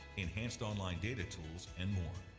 enhanced online data tools, and more.